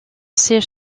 siège